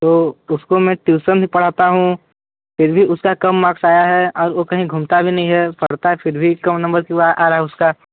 तो उसको मैं ट्यूसन भी पढ़ता हूँ फिर भी उसका कम मार्क्स आया है और वो कहीं घूमता भी नहीं है पढ़ना है फिर भी कम नंबर क्यों आ आ रहे हैं उसके